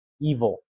evil